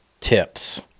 tips